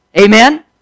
Amen